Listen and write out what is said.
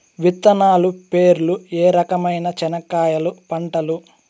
విత్తనాలు పేర్లు ఏ రకమైన చెనక్కాయలు పంటలు?